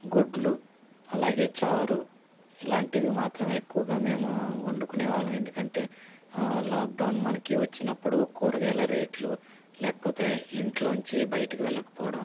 గుడ్లు అలాగే చారు ఇలాంటివి మాత్రమే ఎక్కువగా మేము వండుకునే వాళ్ళము ఎందుకంటే లాక్డౌన్ మనకి వచ్చినప్పుడు కూరగాయల రేట్లు లేకపోతే ఇంట్లో నుంచి బయట వెళ్ళకపోవడం